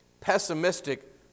pessimistic